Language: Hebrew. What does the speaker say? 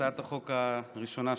הצעת החוק הראשונה שלי.